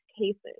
cases